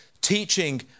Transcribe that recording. teaching